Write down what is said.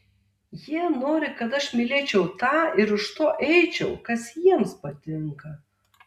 jie nori kad aš mylėčiau tą ir už to eičiau kas jiems patinka